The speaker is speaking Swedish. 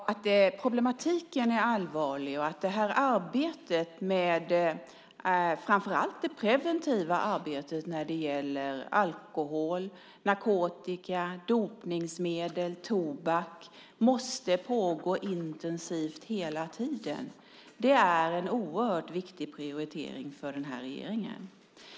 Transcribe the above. Herr talman! Problematiken är allvarlig, och arbetet - framför allt det preventiva arbetet - när det gäller alkohol, narkotika, dopningsmedel och tobak måste pågå intensivt hela tiden. Det är en oerhört viktig prioritering för regeringen.